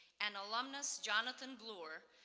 and alumnus johnathan bleuer,